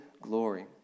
glory